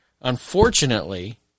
Unfortunately